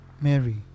Mary